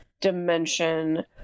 dimension